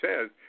says